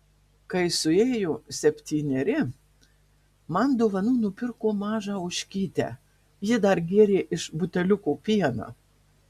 kai suėjo septyneri man dovanų nupirko mažą ožkytę ji dar gėrė iš buteliuko pieną